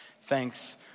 thanks